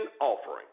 offering